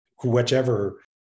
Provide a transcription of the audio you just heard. whichever